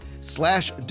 slash